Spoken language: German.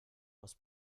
aus